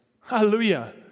Hallelujah